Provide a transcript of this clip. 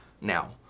Now